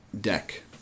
deck